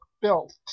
built